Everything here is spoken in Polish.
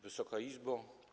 Wysoka Izbo!